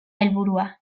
helburua